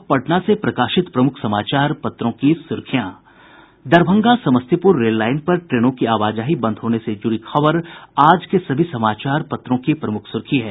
अब पटना से प्रकाशित प्रमुख समाचार पत्रों की सुर्खियां दरभंगा समस्तीपुर रेल लाईन पर ट्रेनों की आवाजाही बंद होने से जुड़ी खबर आज के सभी समाचार पत्रों की प्रमुख सुर्खी है